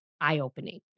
eye-opening